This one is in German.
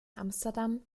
amsterdam